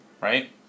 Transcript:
right